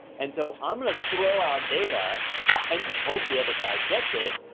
and so i'm gonna throw out data and just hope the other side gets it,